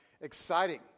exciting